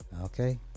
Okay